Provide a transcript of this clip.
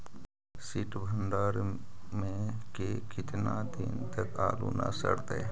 सित भंडार में के केतना दिन तक आलू न सड़तै?